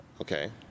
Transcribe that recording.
Okay